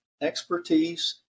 expertise